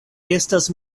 estas